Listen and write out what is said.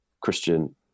Christian